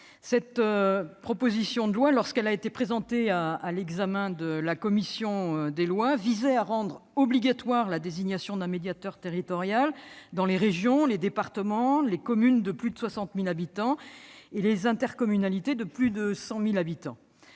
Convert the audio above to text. cette proposition de loi, lorsqu'elle a été présentée à l'examen de la commission des lois, visait à rendre obligatoire la désignation d'un médiateur territorial dans les régions, les départements, les communes de plus de 60 000 habitants et les intercommunalités de plus de 100 000 habitants.